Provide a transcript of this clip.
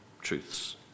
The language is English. truths